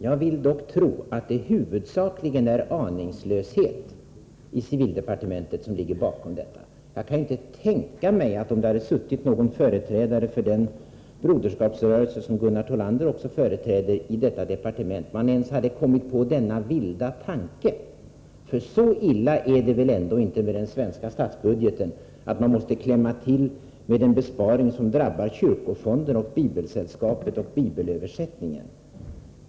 Jag vill dock tro att det huvudsakligen är aningslöshet i civildepartementet som ligger bakom detta. Jag kan inte tänka mig att om det suttit någon företrädare för broderskapsrörelsen, som Gunnar Thollander också företräder, i civildepartementet, man ens hade kommit på denna vilda tanke. Så illa är det väl ändå inte med den svenska statsbudgeten att man måste klämma till med en besparing som drabbar kyrkofonden, Bibelsällskapet och bibelöversättningen.